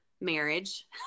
marriage